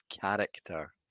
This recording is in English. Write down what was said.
character